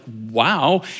wow